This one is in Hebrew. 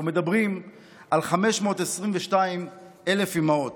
אנחנו מדברים על 522,000 אימהות.